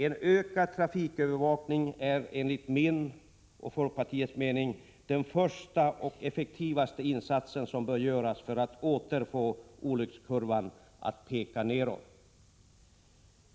En ökad trafikövervakning är enligt min och folkpartiets mening den första och effektivaste insatsen som bör göras för att åter få olyckskurvan att peka nedåt.